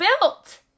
built